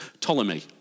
Ptolemy